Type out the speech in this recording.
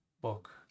book